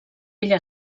ella